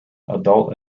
adult